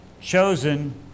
chosen